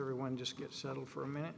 everyone just get settled for a minute